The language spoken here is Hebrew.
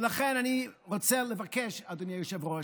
ולכן אני רוצה לבקש, אדוני היושב-ראש,